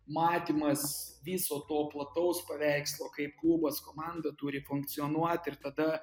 matymas viso to plataus paveikslo kaip klubas komanda turi funkcionuot ir tada